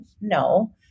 no